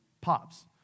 pops